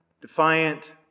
defiant